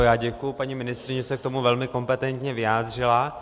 Já děkuji paní ministryni, že se k tomu velmi kompetentně vyjádřila.